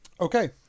Okay